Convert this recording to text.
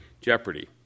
jeopardy